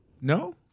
No